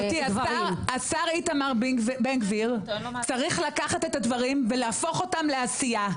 השר בן גביר צריך לקחת את הדברים ולהפוך אותם לעשייה.